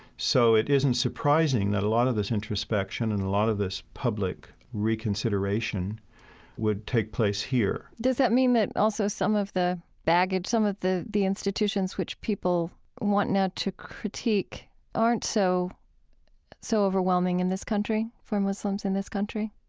so it isn't surprising that a lot of this introspection and a lot of this public reconsideration would take place here does that mean that also some of the baggage, some of the the institutions which people want now to critique aren't so so overwhelming in this country for muslims in this country?